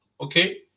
Okay